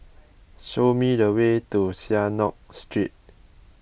show me the way to Synagogue Street